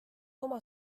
oma